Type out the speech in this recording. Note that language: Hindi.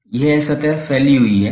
तो यह सतह पर फैली हुई है